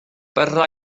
bydda